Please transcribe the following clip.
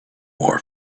are